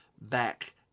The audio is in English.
back